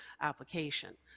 application